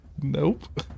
Nope